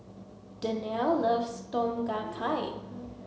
Danelle loves Tom Kha Gai